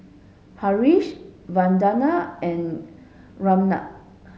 Haresh Vandana and Ramnath